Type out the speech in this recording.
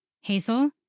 Hazel